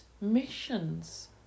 missions